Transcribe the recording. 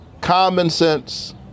common-sense